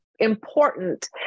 important